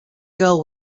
girl